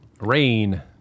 Rain